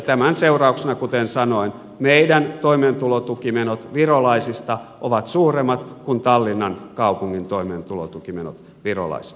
tämän seurauksena kuten sanoin meillä toimeentulotukimenot virolaisista ovat suuremmat kuin tallinnan kaupungin toimeentulotukimenot virolaisista